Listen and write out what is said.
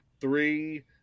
three